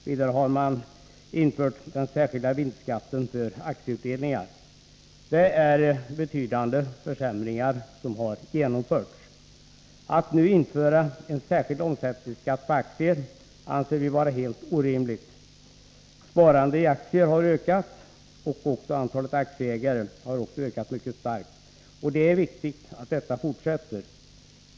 Vidare har man infört den särskilda vinstskatten för aktieutdelningar. Det är betydande försämringar som har gjorts. Att nu införa en särskild omsättningsskatt på aktier anser vi vara helt orimligt. Sparandet i aktier har ökat och även antalet aktieägare. Det är viktigt att detta fortsätter.